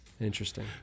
Interesting